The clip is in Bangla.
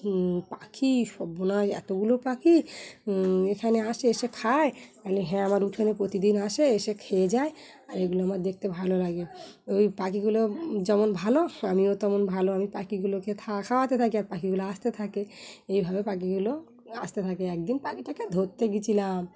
পাখি সর্বনাশ এতগুলো পাখি এখানে আসে এসে খায় তাহলে হ্যাঁ আমার উঠানে প্রতিদিন আসে এসে খেয়ে যায় আর এগুলো আমার দেখতে ভালো লাগে ওই পাখিগুলো যেমন ভালো আমিও তেমন ভালো আমি পাখিগুলোকো খাওয়াতে থাকি আর পাখিগুলো আসতে থাকে এইভাবে পাখিগুলো আসতে থাকে একদিন পাখিটাকে ধরতে গিয়েছিলাম